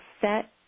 set